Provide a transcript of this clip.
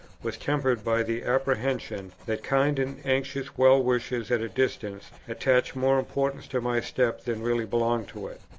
was tempered by the apprehension, that kind and anxious well-wishers at a distance attach more importance to my step than really belongs to it.